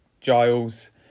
Giles